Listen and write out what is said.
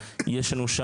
שישאלו את השאלה הזאת,